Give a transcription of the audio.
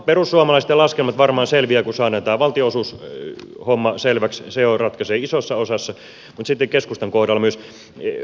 perussuomalaisten laskelmat varmaan selviävät kun saadaan tämä valtionosuushomma selväksi se ratkaisee jo isossa osassa mutta sitten keskustan kohdalla myös